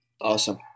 Awesome